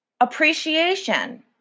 appreciation